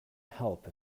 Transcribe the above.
help